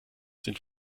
sind